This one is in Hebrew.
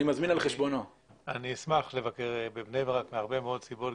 אני אשמח לבקר בבני ברק מהרבה מאוד סיבות,